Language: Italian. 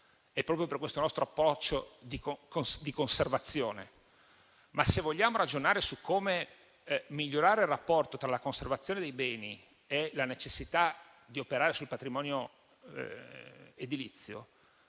proprio per questo nostro approccio di conservazione. Ma, se vogliamo ragionare su come migliorare il rapporto tra la conservazione dei beni e la necessità di operare sul patrimonio edilizio,